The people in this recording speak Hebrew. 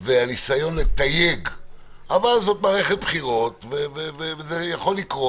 ומעבר לזה, יש עוד שני נושאים שאני רוצה להגיד לך.